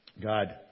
God